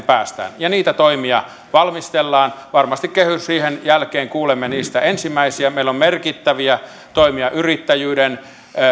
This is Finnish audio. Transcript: päästään niitä toimia valmistellaan varmasti kehysriihen jälkeen kuulemme niistä ensimmäisiä meillä on merkittäviä toimia yrittäjyyden